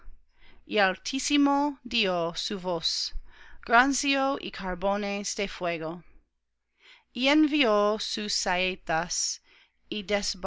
y el altísimo dió su voz granizo y carbones de fuego y envió sus saetas